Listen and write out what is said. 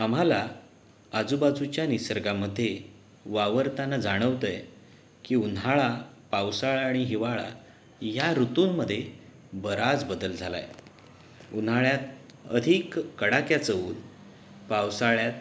आम्हाला आजूबाजूच्या निसर्गामध्ये वावरताना जाणवत आहे की उन्हाळा पावसाळा आणि हिवाळा या ऋतूंमध्ये बराच बदल झाला आहे उन्हाळ्यात अधिक कडाक्याचं ऊन पावसाळ्यात